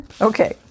okay